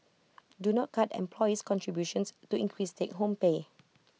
do not cut employee's contributions to increase take home pay